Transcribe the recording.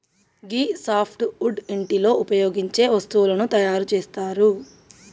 గీ softwood ఇంటిలో ఉపయోగించే వస్తువులను తయారు చేస్తరు